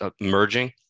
merging